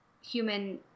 human